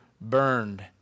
burned